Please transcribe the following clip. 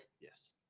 Yes